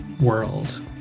world